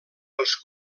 els